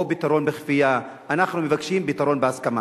או פתרון בכפייה, אנחנו מבקשים פתרון בהסכמה.